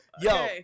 Yo